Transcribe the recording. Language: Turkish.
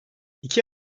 i̇ki